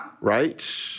right